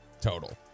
total